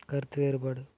கருத்து வேறுபாடு